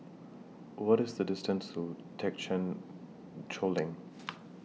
What IS The distance to Thekchen Choling